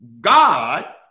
God